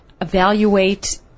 evaluate